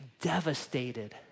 devastated